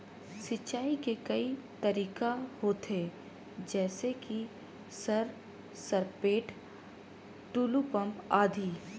सिंचाई के कई तरीका होथे? जैसे कि सर सरपैट, टुलु पंप, आदि?